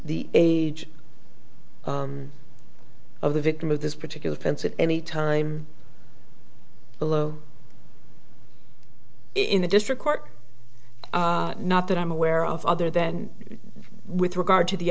the age of the victim of this particular offense at any time below in the district court not that i'm aware of other than with regard to the